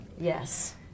Yes